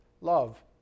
Love